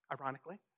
ironically